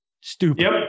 Stupid